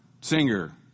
singer